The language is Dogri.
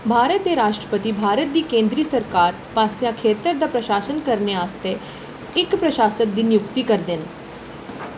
भारत दे राश्ट्रपति भारत दी केंंदरी सरकार पासेआ खेतर दा प्रशासन करने आस्तै इक प्रशासक दी नियुक्ति करदे न